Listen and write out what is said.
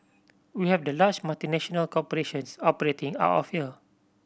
we have the large multinational corporations operating out of here